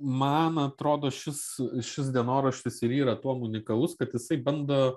man atrodo šis šis dienoraštis ir yra tuom unikalus kad jisai bando